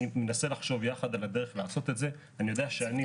אני אתחיל קודם, אני שאול סקיף,